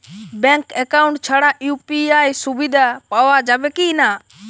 Bank account ছাড়া UPI সুবিধা পাওয়া যাবে কি না?